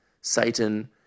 Satan